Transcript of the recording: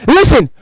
Listen